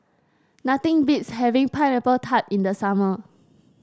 nothing beats having Pineapple Tart in the summer